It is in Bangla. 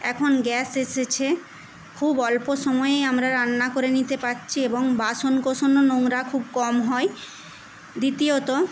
এখন গ্যাস এসেছে খুব অল্প সময়ে আমরা রান্না করে নিতে পারছি এবং বাসন কোসনও নোংরা খুব কম হয় দ্বিতীয়ত